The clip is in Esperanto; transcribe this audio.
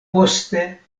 poste